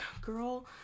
girl